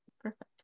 Perfect